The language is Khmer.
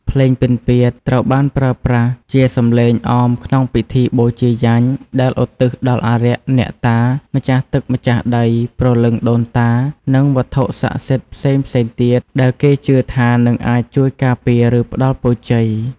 ភ្លេងពិណពាទ្យត្រូវបានប្រើប្រាស់ជាសំឡេងអមក្នុងពិធីបូជាយញ្ញដែលឧទ្ទិសដល់អារក្ស អ្នកតា ម្ចាស់ទឹកម្ចាស់ដី ព្រលឹងដូនតា និងវត្ថុស័ក្តិសិទ្ធិផ្សេងៗទៀតដែលគេជឿថានឹងអាចជួយការពារ ឬផ្តល់ពរជ័យ។